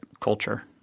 culture